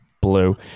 blue